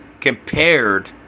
Compared